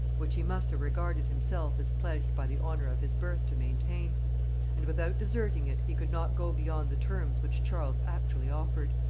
which he must have regarded himself as pledged by the honor of his birth to maintain and without deserting it he could not go beyond the terms which charles actually offered.